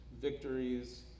victories